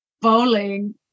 bowling